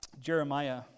Jeremiah